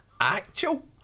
actual